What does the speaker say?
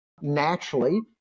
naturally